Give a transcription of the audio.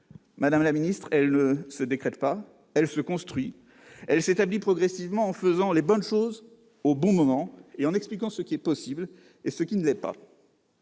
madame la garde des sceaux, ne se décrète pas ; elle se construit progressivement en faisant les bonnes choses au bon moment et en expliquant ce qui est possible et ce qui ne l'est pas.